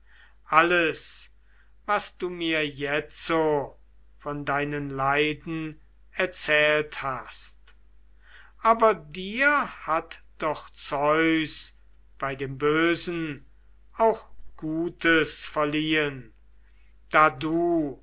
alles was du mir jetzo von deinen leiden erzählt hast aber dir hat doch zeus bei dem bösen auch gutes verliehen da du